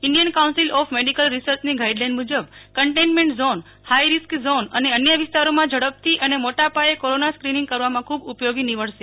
Indian council of medical રિસર્ચની guideline મુજબ containment zone high risk zone અને અન્ય વિસ્તારોમાં ઝડપથી અને મોટા પાયે કોરોના સ્કીનિંગ કરવામાં ખૂબ ઉપયોગી નીવડશે